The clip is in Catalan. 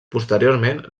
posteriorment